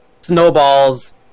snowballs